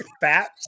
fat